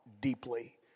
deeply